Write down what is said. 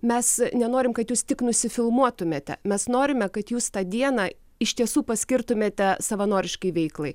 mes nenorim kad jūs tik nusifilmuotumėte mes norime kad jūs tą dieną iš tiesų paskirtumėte savanoriškai veiklai